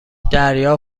دریا